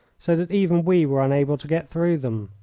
so that even we were unable to get through them!